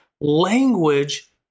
language